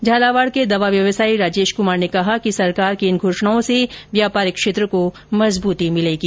झालावाड के दवा व्यवसायी राजेश क्मार ने कहा कि सरकार की इन घोषणाओं से व्यापारिक क्षेत्र को मजबूती मिलेगी